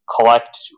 collect